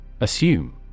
Assume